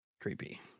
Creepy